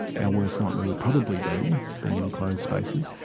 our worst nightmare would probably be being in enclosed spaces,